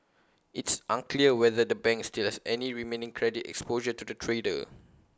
it's unclear whether the bank still has any remaining credit exposure to the trader